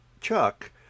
Chuck